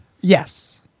Yes